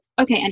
Okay